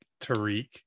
Tariq